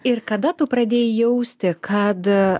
ir kada tu pradėjai jausti kad